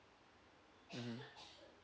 mmhmm